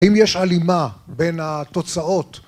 אם יש הלימה בין התוצאות